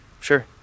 sure